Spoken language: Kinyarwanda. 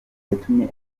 yatumye